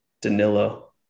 Danilo